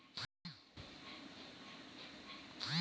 हमरे खाता में से कितना पईसा भेज सकेला एक बार में?